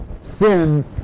sin